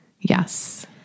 Yes